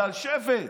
זה שבט,